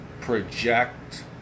project